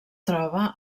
troba